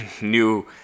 new